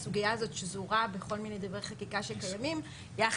יש איזו שהיא אמירה, זה יכול להקל גם על האכיפה.